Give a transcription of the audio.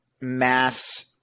mass